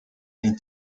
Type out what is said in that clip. then